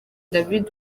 david